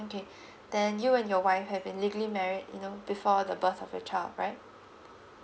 okay then you and your wife have illegally married you know before the birth of your child right